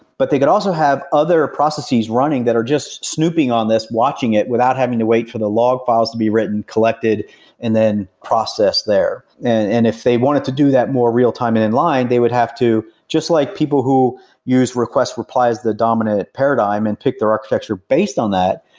but they could also have other processes running that are just snooping on this, watching it without having to wait for the log files to be written, collected and then processed there and and if they wanted to do that more real-time and in-line, they would have to, just like people who use request replies the dominant paradigm and pick their architecture based on that,